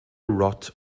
rot